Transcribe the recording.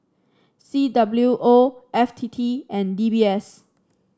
C W O F T T and D B S